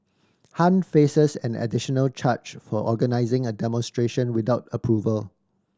Han faces an additional charge for organising a demonstration without approval